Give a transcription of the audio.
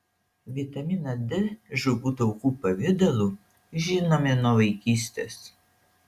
vitaminą d žuvų taukų pavidalu žinome nuo vaikystės